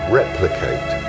replicate